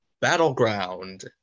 Battleground